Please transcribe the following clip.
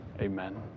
amen